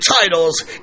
titles